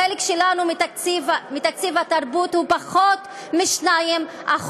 החלק שלנו בתקציב התרבות הוא פחות מ-2%.